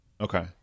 okay